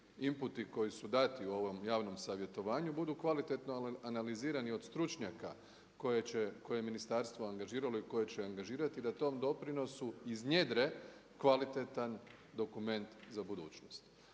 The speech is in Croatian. inputi koji su dati u ovom javnom savjetovanju budu kvalitetno analizirani od stručnjaka koje će, koje je ministarstvo angažiralo i koje će angažirati, da tom doprinosu iznjedre kvalitetan dokument za budućnost.